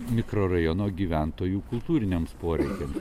mikrorajono gyventojų kultūriniams poreikiams